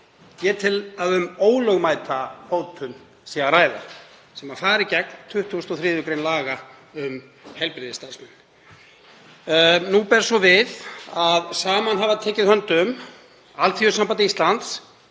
Ég tel að um ólögmæta hótun sé að ræða sem fari gegn 23. gr. laga um heilbrigðisstarfsmenn. Nú ber svo við að saman hafa tekið höndum Alþýðusamband Íslands,